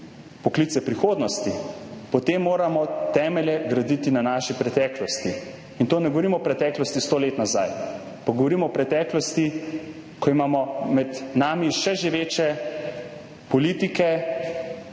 poklice prihodnosti, potem moramo temelje graditi na naši preteklosti. In tu ne govorimo o preteklosti sto let nazaj, ampak govorimo o preteklosti, ko imamo med nami še živeče politike,